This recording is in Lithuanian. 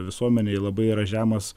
visuomenėj labai yra žemas